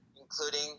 including